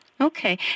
Okay